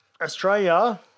Australia